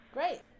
Great